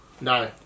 No